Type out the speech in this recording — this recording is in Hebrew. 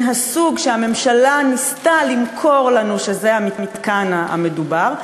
הסוג שהממשלה ניסתה למכור לנו שזה המתקן המדובר,